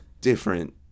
different